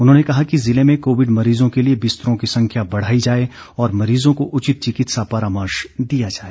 उन्होंने कहा कि जिले में कोविड मरीजों के लिए बिस्तरों की संख्या बढ़ाई जाए और मरीजों को उचित चिकित्सा परामर्श दिया जाए